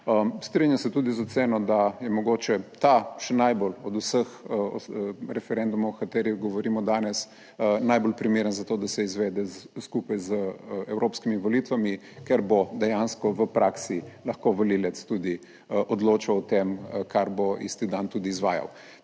Strinjam se tudi z oceno, da je mogoče ta še najbolj od vseh referendumov, o katerih govorimo danes, najbolj primeren za to, da se izvede skupaj z evropskimi volitvami, ker bo dejansko v praksi lahko volivec tudi odločal o tem kar bo isti dan tudi izvajal.